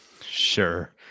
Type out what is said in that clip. sure